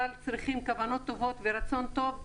אבל צריכים כוונות טובות ורצון טוב,